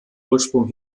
ursprung